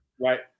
Right